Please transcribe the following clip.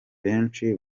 benshi